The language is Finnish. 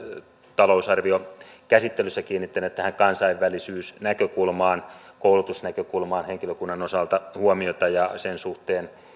talousarviokäsittelyssä kiinnittäneet huomiota tähän kansainvälisyysnäkökulmaan koulutusnäkökulmaan henkilökunnan osalta ja sen suhteen